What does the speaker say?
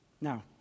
Now